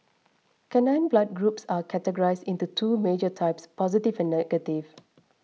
canine blood groups are categorised into two major types positive and negative